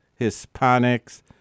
Hispanics